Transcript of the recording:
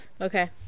Okay